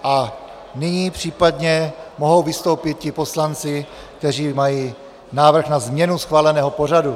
A nyní případně mohou vystoupit ti poslanci, kteří mají návrh na změnu schváleného pořadu.